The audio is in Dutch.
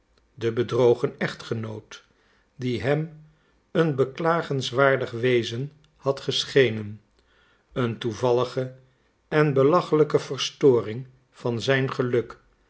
de bedrogen echtgenoot die hem een beklagenswaardig wezen had geschenen een toevallige en belachelijke verstoring van zijn geluk